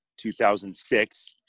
2006